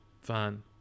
Fine